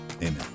Amen